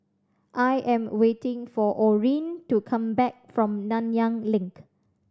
I am waiting for Orene to come back from Nanyang Link